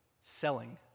selling